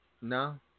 No